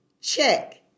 check